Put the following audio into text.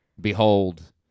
behold